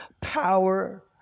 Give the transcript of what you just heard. power